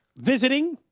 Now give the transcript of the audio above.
visiting